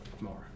more